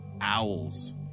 owls